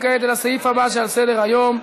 לסעיף הבא שעל סדר-היום: